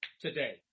today